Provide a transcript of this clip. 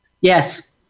Yes